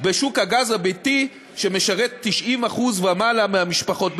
בשוק הגז הביתי שמשרת 90% ויותר מהמשפחות בישראל.